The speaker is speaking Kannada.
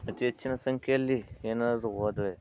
ಅತಿ ಹೆಚ್ಚಿನ ಸಂಖ್ಯೆಯಲ್ಲಿ ಏನಾದರೂ ಹೋದ್ರೆ